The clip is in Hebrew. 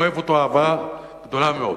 אוהב אותו אהבה גדולה מאוד.